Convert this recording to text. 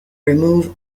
remove